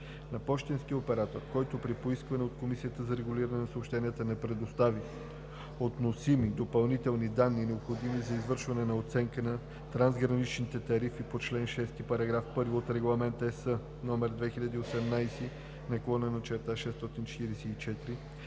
На пощенски оператор, който при поискване от Комисията за регулиране на съобщенията не предостави относими допълнителни данни, необходими за извършване на оценка на трансграничните тарифи по чл. 6, параграф 1 от Регламент (ЕС) № 2018/644,